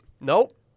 Nope